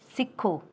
ਸਿੱਖੋ